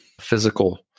physical